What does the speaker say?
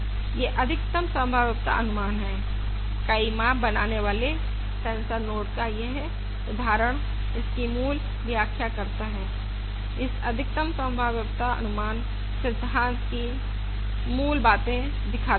यह अधिकतम संभाव्यता अनुमान है कई माप बनाने वाले सेंसर नोड का यह उदाहरण इसकी मूल व्याख्या करता है इस अधिकतम संभाव्यता अनुमान सिद्धांत की मूल बातें दिखाता है